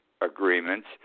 agreements